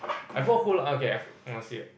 okay I put I put